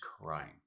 crying